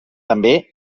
també